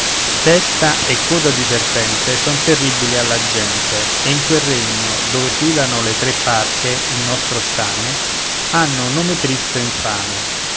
testa e coda di serpente son terribili alla gente e in quel regno dove filano le tre parche il nostro stame hanno nome tristo e infame